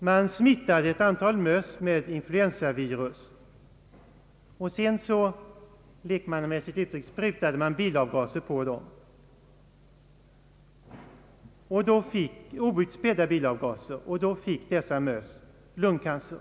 Man smittade ett antal möss med influensavirus och sedan — lekmannamässigt uttryckt — sprutade man outspädda bilavgaser på dem. Då fick dessa möss lungcancer.